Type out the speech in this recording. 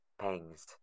pangs